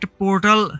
portal